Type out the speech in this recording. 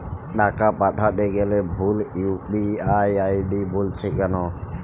টাকা পাঠাতে গেলে ভুল ইউ.পি.আই আই.ডি বলছে কেনো?